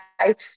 right